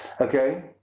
Okay